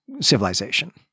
civilization